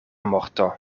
morto